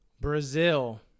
Brazil